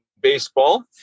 baseball